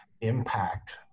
impact